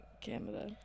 Canada